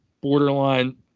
borderline